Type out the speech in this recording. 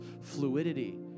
fluidity